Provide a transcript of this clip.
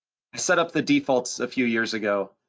i set up the defaults a few years ago,